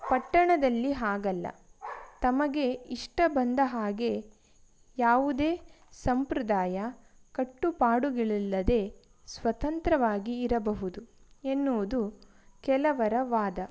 ಪಟ್ಟಣದಲ್ಲಿ ಹಾಗಲ್ಲ ತಮಗೆ ಇಷ್ಟ ಬಂದ ಹಾಗೆ ಯಾವುದೇ ಸಂಪ್ರದಾಯ ಕಟ್ಟುಪಾಡುಗಳಿಲ್ಲದೇ ಸ್ವತಂತ್ರವಾಗಿ ಇರಬಹುದು ಎನ್ನುವುದು ಕೆಲವರ ವಾದ